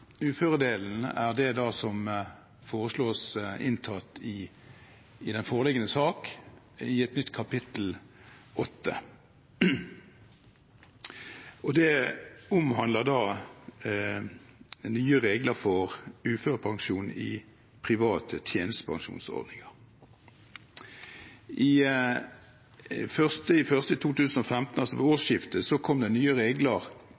uføredelen, og uføredelen er det som i den foreliggende sak foreslås inntatt i et nytt kapittel, kapittel 8. Det omhandler nye regler for uførepensjon i private tjenestepensjonsordninger. Den 1. januar 2015, altså ved årsskiftet, kom det nye regler